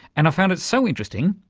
and i found it so interesting,